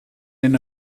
den